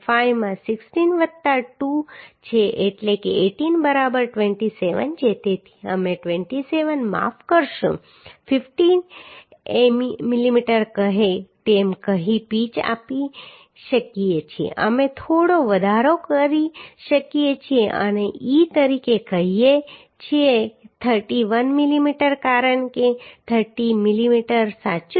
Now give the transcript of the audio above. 5 માં 16 વત્તા 2 છે એટલે કે 18 બરાબર 27 છે તેથી અમે 27 માફ કરશો 50 મીમી કહીએ તેમ કહી પીચ આપી શકીએ છીએ અમે થોડો વધારો કરી શકીએ છીએ અને e તરીકે કહીએ છીએ 31 મીમી કારણ કે 30 મીમી સાચું